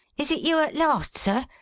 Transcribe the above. is it you at last, sir?